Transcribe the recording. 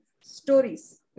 stories